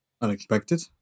unexpected